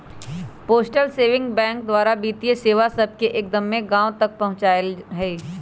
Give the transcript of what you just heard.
postal saving bank द्वारा वित्तीय सेवा सभके एक्दम्मे गाँव तक पहुंचायल हइ